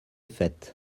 faite